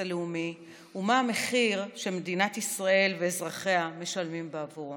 הלאומי ומה המחיר שמדינת ישראל ואזרחיה משלמים בעבורו.